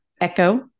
echo